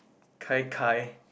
Gai-Gai